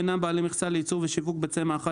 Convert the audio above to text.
אינם בעלי מכסה לייצור ושיווק ביצי מאכל